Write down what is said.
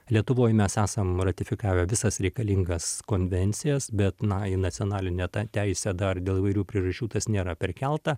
lietuvoj mes esam ratifikavę visas reikalingas konvencijas bet na į nacionalinę teisę dar dėl įvairių priežasčių tas nėra perkelta